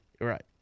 Right